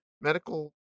Medical